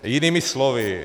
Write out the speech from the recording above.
Jinými slovy